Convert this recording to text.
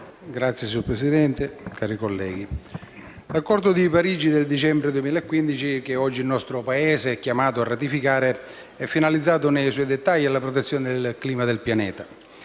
Signora Presidente, cari colleghi, l'Accordo di Parigi del dicembre 2015, che oggi il nostro Paese è chiamato a ratificare, è finalizzato nei suoi dettagli alla protezione del clima del pianeta.